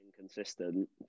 inconsistent